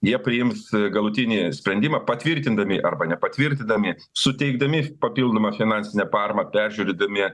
jie priims galutinį sprendimą patvirtindami arba nepatvirtindami suteikdami papildomą finansinę paramą peržiūrėdami